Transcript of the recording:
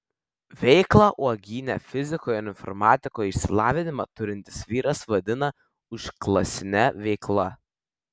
veiklą uogyne fiziko ir informatiko išsilavinimą turintis vyras vadina užklasine veikla